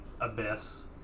abyss